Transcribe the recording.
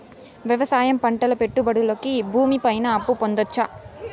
వ్యవసాయం పంటల పెట్టుబడులు కి భూమి పైన అప్పు పొందొచ్చా?